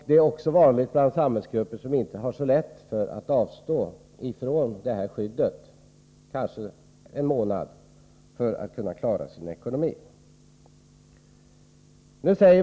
Det är också vanligt i samhällsgrupper där man inte har så lätt att klara sin ekonomi om man måste avstå från detta skydd kanske en månad.